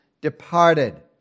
departed